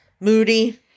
moody